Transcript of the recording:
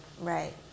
Right